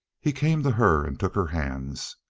he came to her and took her hands.